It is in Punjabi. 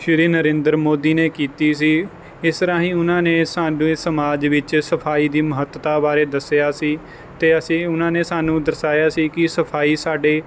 ਸ਼੍ਰੀ ਨਰਿੰਦਰ ਮੋਦੀ ਨੇ ਕੀਤੀ ਸੀ ਇਸ ਰਾਹੀਂ ਉਹਨਾਂ ਨੇ ਸਾਡੇ ਸਮਾਜ ਵਿੱਚ ਸਫਾਈ ਦੀ ਮਹੱਤਤਾ ਬਾਰੇ ਦੱਸਿਆ ਸੀ ਅਤੇ ਅਸੀਂ ਉਹਨਾਂ ਨੇ ਸਾਨੂੰ ਦਰਸਾਇਆ ਸੀ ਕਿ ਸਫਾਈ ਸਾਡੇ